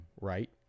right